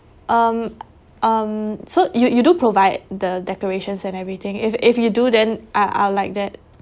um so you you do provide the decorations and everything if you if you do then I I would like that